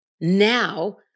now